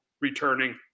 returning